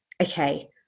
okay